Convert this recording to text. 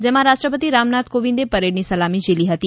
જેમાં રાષ્ટ્રપતિ રામનાથ કોવિંદે પરેડની સલામી ઝીલી હતી